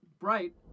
Right